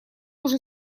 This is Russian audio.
уже